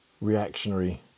reactionary